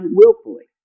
willfully